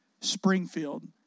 Springfield